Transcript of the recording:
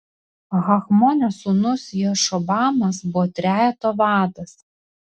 hachmonio sūnus jašobamas buvo trejeto vadas